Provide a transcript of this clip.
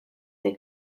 der